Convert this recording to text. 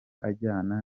ajyana